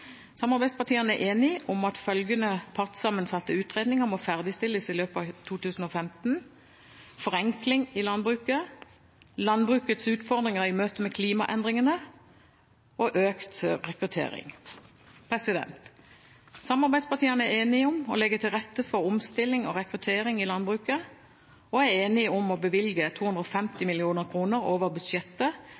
Samarbeidspartiene er enige om at følgende partssammensatte utredninger må ferdigstilles i løpet av 2015: – forenkling i landbruket – landbrukets utfordringer i møte med klimaendringene – økt rekruttering Samarbeidspartiene er enige om å legge til rette for omstilling og rekruttering i landbruket og er enige om å bevilge 250 mill. kr over budsjettet,